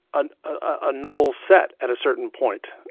on a novel set at a certain point,